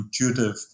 intuitive